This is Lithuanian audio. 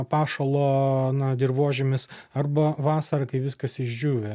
pašalo na dirvožemis arba vasarą kai viskas išdžiūvę